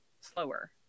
slower